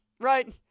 right